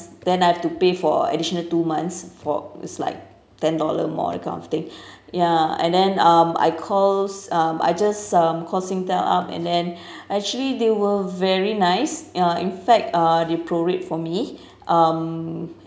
then I have to pay for additional two months for it's like ten dollar more that kind of thing ya and then um I calls um I just um call singtel up and then actually they were very nice uh in fact uh they prorate for me um